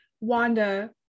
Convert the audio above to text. Wanda